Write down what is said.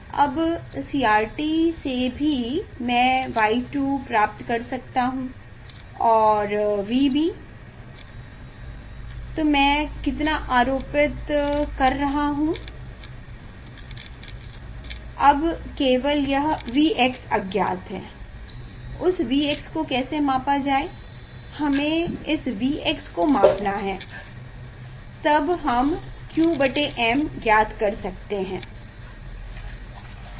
अब CRT से भी मैं Y2 प्राप्त कर सकता हूं और V भी मैं कितना आरोपित कर रहा हूं तो अब केवल यह Vx अज्ञात है उस Vx को कैसे मापा जाए हमें इस V x को मापना है तब हम qm ज्ञात कर सकते हैं